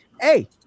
hey